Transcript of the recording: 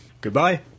Goodbye